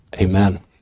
Amen